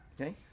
Okay